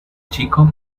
chico